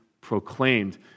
proclaimed